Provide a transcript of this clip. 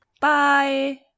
Bye